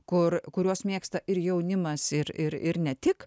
kur kuriuos mėgsta ir jaunimas ir ir ir ne tik